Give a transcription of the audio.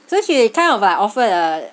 so she kind of like offered a